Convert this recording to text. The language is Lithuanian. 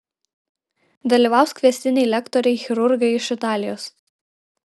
dalyvaus kviestiniai lektoriai chirurgai iš italijos